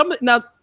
now